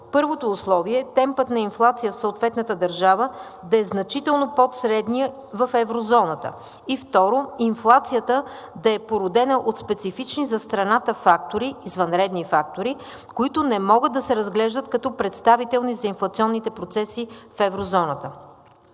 Първото условие е темпът на инфлация в съответната държава да е значително под средния в еврозоната. И второ, инфлацията да е породена от специфични за страната фактори, извънредни фактори, които не могат да се разглеждат като представителни за инфлационните процеси в еврозоната.